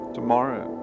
Tomorrow